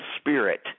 spirit